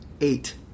Eight